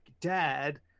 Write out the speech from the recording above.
dad